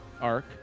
arc